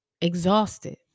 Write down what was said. exhausted